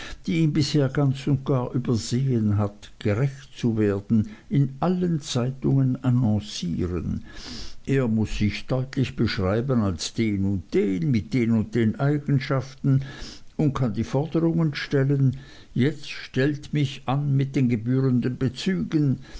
die ihn bisher ganz und gar übersehen hat gerecht zu werden in allen zeitungen annoncieren er muß sich deutlich beschreiben als den und den mit den und den eigenschaften und dann die forderung stellen jetzt stellt mich an mit den gebührenden bezügen